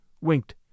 winked